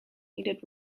needed